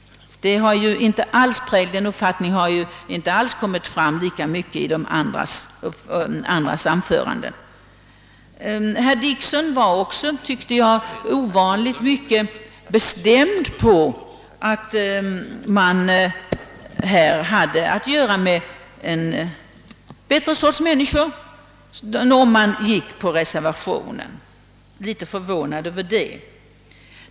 Den inställningen har inte kommit fram på samma sätt i övriga talares anföranden. Herr Dickson var också, tyckte jag, ovanligt säker på att de som följde reservationen var ett bättre slags människor. Jag är litet förvånad över det.